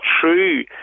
true